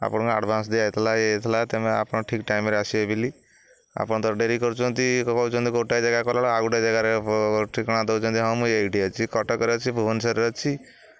ଆପଣଙ୍କୁ ଆଡ଼ଭାନ୍ସ ଦିଆ ହେଇଥିଲା ଏଇଥିଲା ତେଣୁ ଆପଣ ଠିକ ଟାଇମରେ ଆସିବେ ବୋଲି ଆପଣ ତ ଡେରି କରୁଚନ୍ତି କହୁଛନ୍ତି ଗୋଟେ ଜାଗା କଲା ଆଉ ଗୋଟେ ଜାଗାରେ ଠିକଣା ଦେଉଛନ୍ତି ହଁ ମୁଁ ଏଇଠି ଅଛି କଟକରେ ଅଛି ଭୁବନେଶ୍ୱରରେ ଅଛି